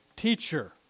teacher